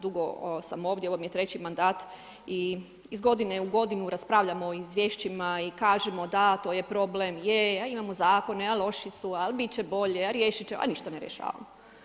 Dugo sam ovdje, ovo mi je treći mandat i iz godine u godinu raspravljamo o izvješćima i kažemo da, to je problem, je, a imamo zakone, a loši su, al bit će bolje, a riješit ćemo, a ništa ne rješavamo.